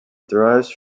derives